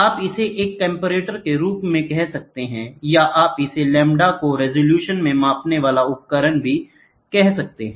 आप इसे एक कंपैरेटर के रूप में कह सकते हैं या आप इसे लैम्ब्डा को रेजोल्यूशन में मापने वाले उपकरण के रूप में भी कह सकते हैं